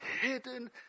hidden